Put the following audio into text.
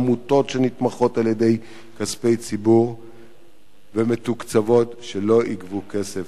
עמותות שנתמכות על-ידי כספי ציבור ומתוקצבות שלא יגבו כסף,